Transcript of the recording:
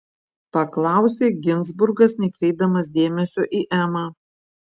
paklausė ginzburgas nekreipdamas dėmesio į emą